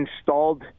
installed